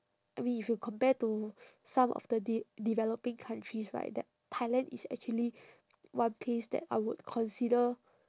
I mean if you compare to some of the de~ developing countries right that thailand is actually one place that I would consider